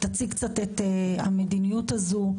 תציג קצת את המדיניות הזו,